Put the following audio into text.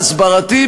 ההסברתי,